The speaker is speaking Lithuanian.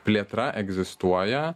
plėtra egzistuoja